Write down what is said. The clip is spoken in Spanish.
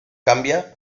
cambia